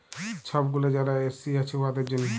ছব গুলা যারা এস.সি আছে উয়াদের জ্যনহে